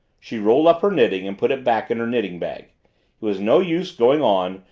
she rolled up her knitting and put it back in her knitting-bag it was no use going on,